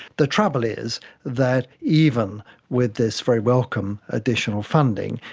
the trouble is that even with this very welcome additional funding,